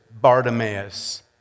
Bartimaeus